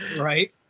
Right